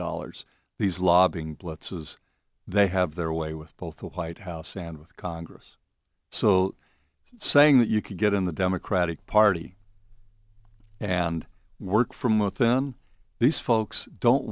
dollars these lobbying blitzes they have their way with both the white house and with congress so saying that you can get in the democratic party and work from within these folks don't